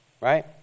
right